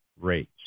rates